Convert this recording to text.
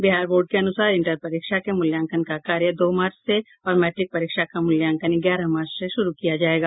Bihar board के अनुसार inter परीक्षा के मूल्यांकन का कार्य दो मार्च से और मैट्रिक परीक्षा का मूल्यांकन ग्यारह मार्च से शुरू किया जायेगा